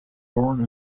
born